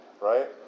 Right